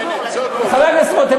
חבר הכנסת רותם,